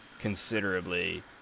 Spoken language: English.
considerably